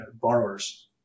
borrowers